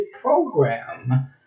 program